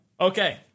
Okay